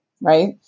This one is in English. right